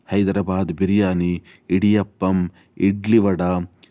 Hyderabad biryani idiyappam idli vada